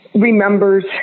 remembers